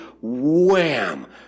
wham